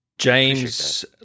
James